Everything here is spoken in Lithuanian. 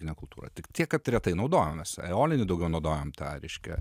ane kultūra tik tiek kad retai naudojamas eolinių daugiau naudojam tą reiškia